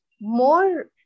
more